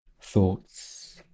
thoughts